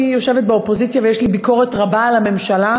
אני יושבת באופוזיציה ויש לי ביקורת רבה על הממשלה,